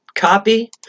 Copy